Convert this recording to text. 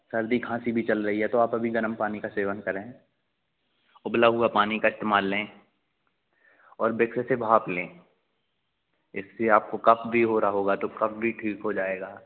सर्दी खाँसी भी चल रही है तो आप अभी गर्म पानी का सेवन करें उबला हुआ पानी का इस्तेमाल लें और बिक्स से भांप लें इससे आपको कफ़ भी हो रहा होगा तो कफ़ भी ठीक हो जाएगा